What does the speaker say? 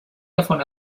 davon